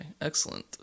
excellent